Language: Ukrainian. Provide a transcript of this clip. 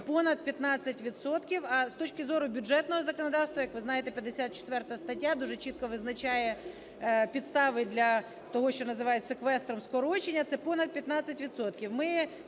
а, з точки зору бюджетного законодавства, як ви знаєте, 54 стаття дуже чітко визначає підстави для того, що називається квестором скорочення, це понад 15